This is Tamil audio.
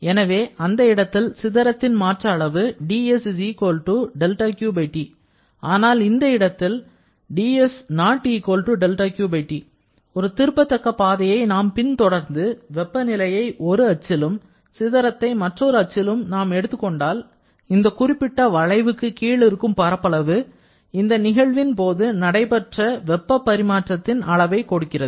எனவே அந்த இடத்தில் சிதறத்தின் மாற்ற அளவு ஆனால் இந்த இடத்தில் ஒரு திருப்பத்தக்க பாதையை நாம் பின்தொடர்ந்து வெப்பநிலையை ஒரு அச்சிலும் சிதறத்தை மற்றொரு அச்சிலும் நாம் எடுத்துக் கொண்டால் இந்த குறிப்பிட்ட வளைவுக்கு கீழ் இருக்கும் பரப்பளவு இந்த நிகழ்வின் போது நடைபெற்ற வெப்ப பரிமாற்றத்தின் அளவை கொடுக்கிறது